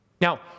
Now